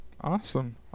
Awesome